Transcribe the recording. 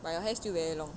but your hair still very long